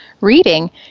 reading